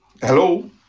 Hello